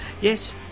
Yes